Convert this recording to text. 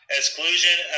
exclusion